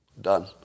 Done